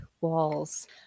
walls